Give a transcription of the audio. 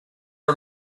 are